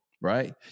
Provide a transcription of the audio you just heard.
right